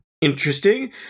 interesting